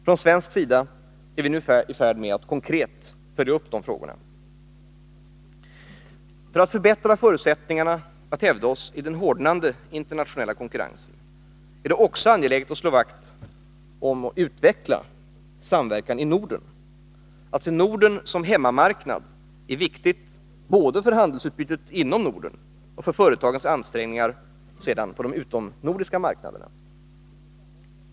Från svensk sida är vi nu i färd med att konkret följa upp dessa frågor. För att förbättra förutsättningarna att hävda oss i den hårdnande internationella konkurrensen är det också angeläget att slå vakt om och utveckla samverkan i Norden. Att se Norden som hemmamarknad är viktigt både för handelsutbytet inom Norden och för företagens ansträngningar på de utomnordiska marknaderna.